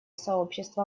сообщество